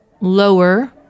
lower